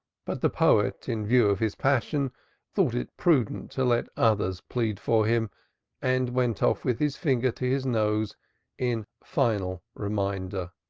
but the poet in view of his passion thought it prudent to let others plead for him and went off with his finger to his nose in final reminder.